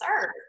serve